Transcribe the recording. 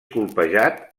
colpejat